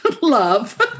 love